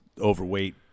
overweight